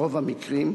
ברוב המקרים,